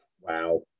Wow